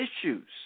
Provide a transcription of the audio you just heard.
issues